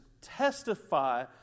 testify